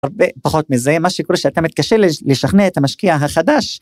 הרבה פחות מזה, מה שקורה שאתה מתקשה לשכנע את המשקיע החדש.